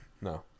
No